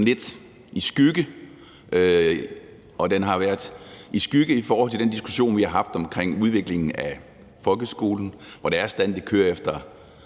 sådan lidt i skyggen, og den har været i skyggen af den diskussion, vi har haft om udviklingen af folkeskolen, hvor det er sådan, at det kører efter